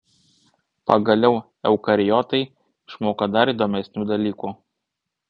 pagaliau eukariotai išmoko dar įdomesnių dalykų